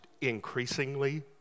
increasingly